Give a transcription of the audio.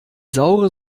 saure